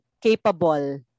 capable